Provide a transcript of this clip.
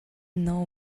know